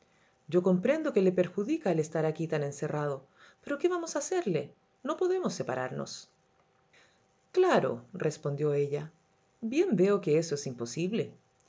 yo comprendo que le perjudica el estar aquí tan encerrado pero qué vamos a hacerle no podemos separarnos clarorespondió ella bien veo que eso es imposible